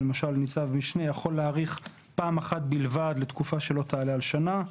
למשל ניצב משנה יכול להאריך פעם אחת בלבד לתקופה שלא תעלה על שנה.